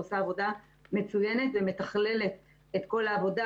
שעושה עבודה מצוינת ומתכלל את כל העבודה,